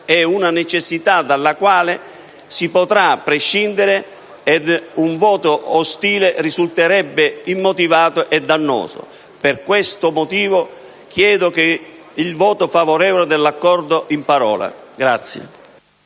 è una necessità dalla quale non si potrà prescindere ed un voto ostile risulterebbe immotivato e dannoso. Per questi motivi chiedo il voto favorevole all'Accordo e anche di